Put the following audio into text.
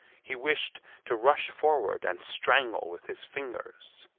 he wished to rush forward and strangle with his fingers.